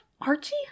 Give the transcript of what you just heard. Archie